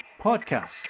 podcast